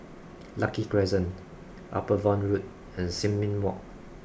Lucky Crescent Upavon Road and Sin Ming Walk